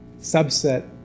subset